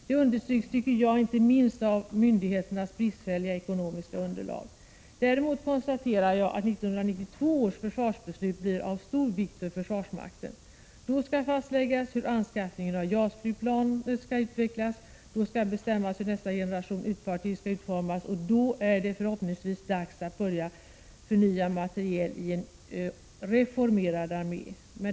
Det tycker jag understryks inte minst av myndigheternas bristfälliga ekonomiska underlag. Däremot kan jag konstatera att 1992 års försvarsbeslut blir av stor vikt för försvarsmakten. Man skall då fastlägga hur anskaffningen av Prot. 1986/87:133 JAS-flygplanen skall utvecklas och man skall bestämma hur nästa generation = 1 juni 1987 ytfartyg skall utformas. Det är då förhoppningsvis dags att börja förnya materiel i en reformerad armé.